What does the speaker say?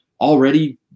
Already